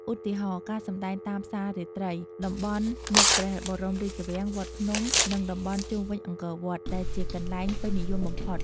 ឧទាហរណ៍ ការសម្ដែងតាមផ្សាររាត្រី តំបន់មុខព្រះបរមរាជវាំង វត្តភ្នំ និងតំបន់ជុំវិញអង្គរវត្ត ដែលជាកន្លែងពេញនិយមបំផុត។